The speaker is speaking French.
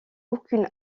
aucune